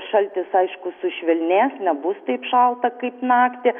šaltis aišku sušvelnės nebus taip šalta kaip naktį